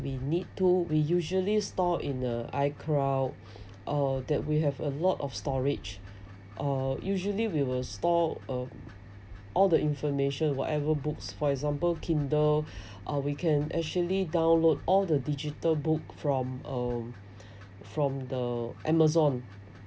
we need to we usually store in a icloud uh that we have a lot of storage uh usually we will store um all the information whatever books for example kindle uh we can actually download all the digital book from uh from the amazon